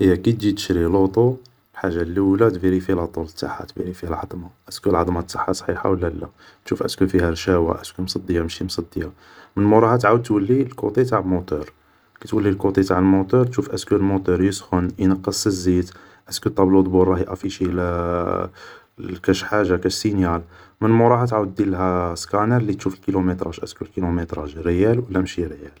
هي كي تجي تشري لوطو الحاجة اللولة تفيريفي لاطوا تاعها, تفيريفي العضمة, تشوف ايسكو العضمة تاعها صحيحة و لا لا, تشوف ايسكو فيها الرشاوة ايسكو مصدية ماشي مصدية ,من موراها عاود تولي كوطي تاع الموطور, كي تولي للكوطي تاع الموطور, تشوف ايسكو الموطور يسخن, ينقص الزيت, ايسكو الطابلو دو بور راه يافيشي كاش حاجة, كاش سينيال ,من موراها عاود ديرلها سكانار باش تشوف الكيلوميتراج, ايسكو كيلوميتراج ريال و لا ماشي ريال